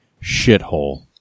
shithole